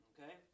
Okay